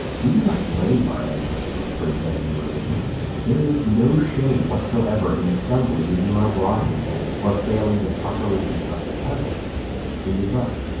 we do not blame our ancestors for inventing religion there is no shame whatsoever in stumbling when you are blind or failing to properly construct a puzzle in the dark